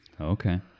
Okay